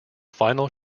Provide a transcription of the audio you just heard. final